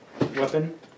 weapon